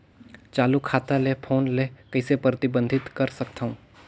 चालू खाता ले फोन ले कइसे प्रतिबंधित कर सकथव?